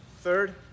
Third